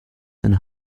and